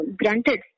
granted